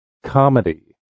Comedy